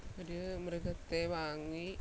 ഒരു മൃഗത്തെ വാങ്ങി